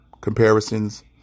comparisons